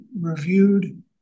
reviewed